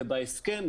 ובהסכם,